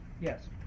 Yes